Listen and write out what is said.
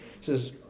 says